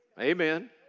Amen